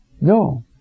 No